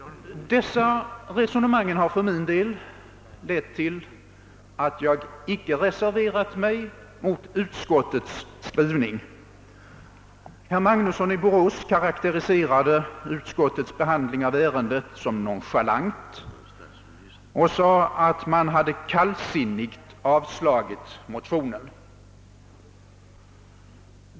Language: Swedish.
Dessa resonemang har för min del lett till att jag kunnat ansluta mig till utskottets skrivning. Herr Magnusson i Borås karakteriserade utskottets behandling av ärendet som »nonchalant» och sade, att man »kallsinnigt» avslagit motionen.